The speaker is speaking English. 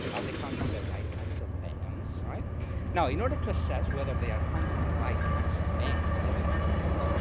are they counting the right kinds of bands? now in order to assess whether they are counting the right kinds of bands, heavy metal bands,